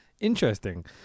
Interesting